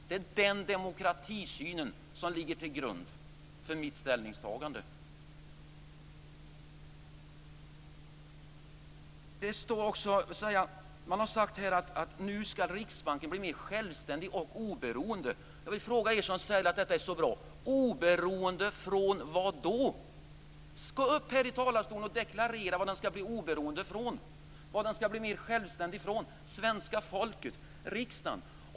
Det är den demokratisynen som ligger till grund för mitt ställningstagande. Man har här sagt att Riksbanken nu skall bli mer självständig och oberoende. Jag vill fråga er som säger att detta är så bra: oberoende av vad då? Gå upp här i talarstolen och deklarera i förhållande till vad Riksbanken skall bli oberoende eller mer självständig! Syftar man på svenska folket eller på riksdagen?